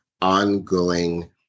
ongoing